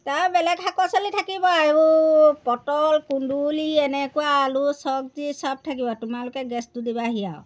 তাৰপৰা বেলেগ শাক পাচলি থাকিব আৰু এইবোৰ পটল কুণ্ডুলী এনেকুৱা আলু চব্জি সব থাকিব তোমালোকে গেছটো দিবাহি আৰু